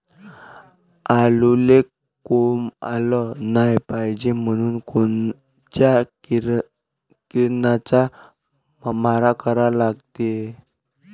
आलूले कोंब आलं नाई पायजे म्हनून कोनच्या किरनाचा मारा करा लागते?